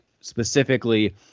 specifically